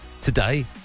today